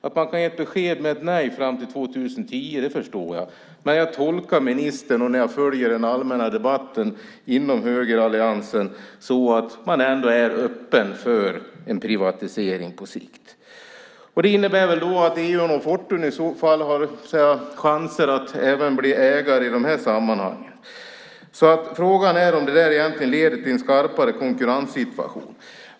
Att man kan ge besked med ett nej fram till 2010 förstår jag, men jag tolkar ministern och den allmänna debatten inom högeralliansen som jag följer som att man ändå är öppen för en privatisering på sikt. Det innebär att Eon och Fortum i så fall har chans att även bli ägare i de här sammanhangen. Frågan är om detta egentligen leder till en skarpare konkurrenssituation.